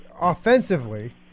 offensively